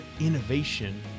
innovation